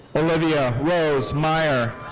olivia rose meyer.